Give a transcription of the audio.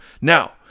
Now